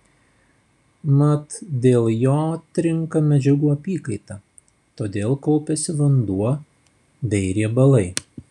mat dėl jo trinka medžiagų apykaita todėl kaupiasi vanduo bei riebalai